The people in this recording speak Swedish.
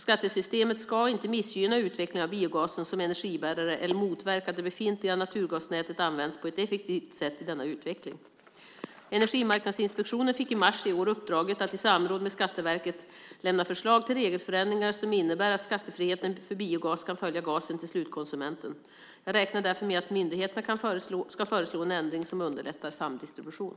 Skattesystemet ska inte missgynna utvecklingen av biogasen som energibärare eller motverka att det befintliga naturgasnätet används på ett effektivt sätt i denna utveckling. Energimarknadsinspektionen fick i mars i år uppdraget att, i samråd med Skatteverket, lämna förslag till regelförändringar som innebär att skattefriheten för biogas kan följa gasen till slutkonsumenten. Jag räknar därför med att myndigheterna ska föreslå en ändring som underlättar samdistribution.